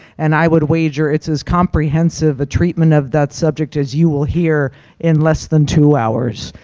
and i would wager it's as comprehensive a treatment of that subject as you will hear in less than two hours.